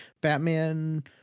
batman